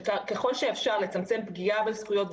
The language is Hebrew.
שככל שאפשר לצמצם פגיעה בזכויות,